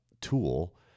tool